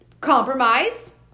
compromise